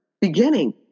beginning